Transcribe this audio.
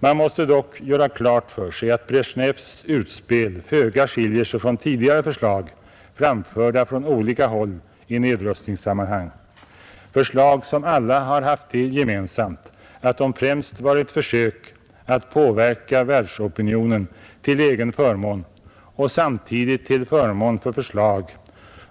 Man måste dock göra klart för sig att Brezjnevs utspel föga skiljer sig från tidigare förslag, framförda från olika håll i nedrustningssammanhang — förslag, som alla har haft det gemensamt, att de främst varit försök att påverka världsopinionen till egen förmån och samtidigt till förmån för förslag